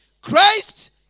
Christ